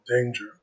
danger